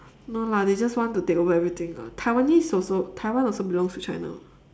no lah they just want to take over everything ah taiwanese also taiwan also belongs to china